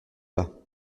bas